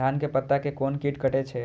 धान के पत्ता के कोन कीट कटे छे?